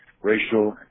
racial